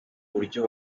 buryo